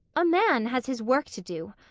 a man has his work to do,